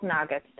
nuggets